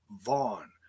vaughn